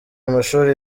amashuri